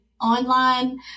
online